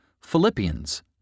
Philippians